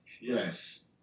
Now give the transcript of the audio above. yes